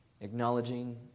acknowledging